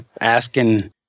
asking